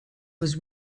was